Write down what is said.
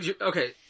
Okay